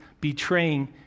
betraying